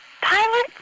pilot